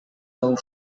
del